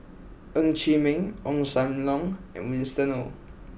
Ng Chee Meng Ong Sam Leong and Winston oh